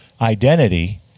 identity